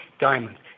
diamonds